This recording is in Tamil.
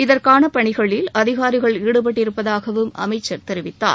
இதற்கான பணிகளில் அதிகாரிகள் ஈடுபட்டிருப்பதாகவும் அமைச்சர் தெரிவித்தார்